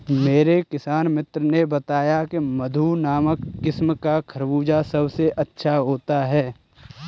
मेरे किसान मित्र ने बताया की मधु नामक किस्म का खरबूजा सबसे अच्छा होता है